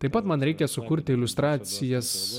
taip pat man reikia sukurti iliustracijas